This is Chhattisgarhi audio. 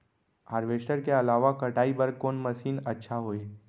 हारवेस्टर के अलावा कटाई बर कोन मशीन अच्छा होही?